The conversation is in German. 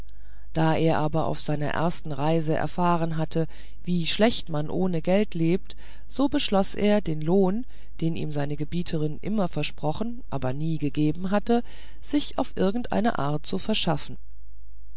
da er aber auf seiner ersten reise erfahren hatte wie schlecht man ohne geld lebt so beschloß er den lohn den ihm seine gebieterin immer versprochen aber nie gegeben hatte sich auf irgendeine art zu verschaffen